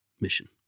mission